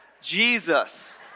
Jesus